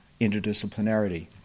interdisciplinarity